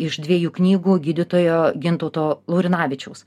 iš dviejų knygų gydytojo gintauto laurinavičiaus